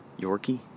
Yorkie